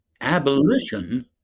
Abolition